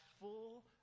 full